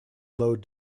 load